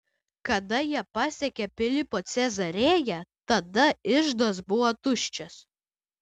kada jie pasiekė pilypo cezarėją tada iždas buvo tuščias